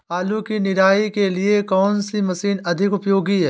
आलू की निराई के लिए कौन सी मशीन अधिक उपयोगी है?